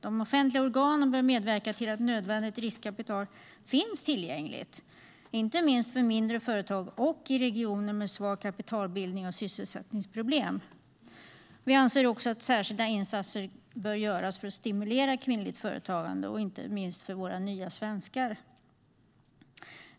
De offentliga organen bör medverka till att nödvändigt riskkapital finns tillgängligt, inte minst för mindre företag och i regioner med svag kapitalbildning och sysselsättningsproblem. Vi anser också att särskilda insatser bör göras för att stimulera kvinnligt företagande och inte minst för våra nya svenskar.